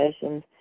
sessions